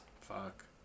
Fuck